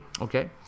Okay